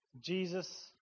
Jesus